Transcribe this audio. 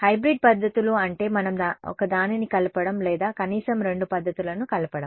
hybrid పద్ధతులు అంటే మనం ఒకదానిని కలపడం లేదా కనీసం రెండు పద్ధతులను కలపడం